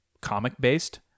comic-based